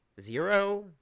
zero